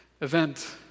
event